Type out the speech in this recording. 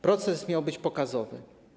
Proces miał być pokazowy.